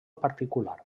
particular